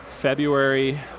February